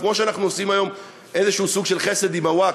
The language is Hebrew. כמו שאנחנו עושים היום איזה סוג של חסד עם הווקף,